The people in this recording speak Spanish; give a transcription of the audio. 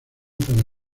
para